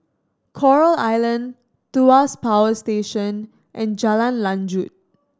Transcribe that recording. Coral Island Tuas Power Station and Jalan Lanjut